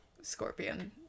scorpion